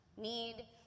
need